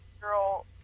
girl